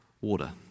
water